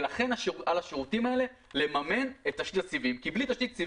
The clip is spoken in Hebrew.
לכן על השירותים האלה לממן את תשתית הסיבים,